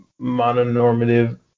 mononormative